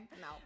no